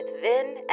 Vin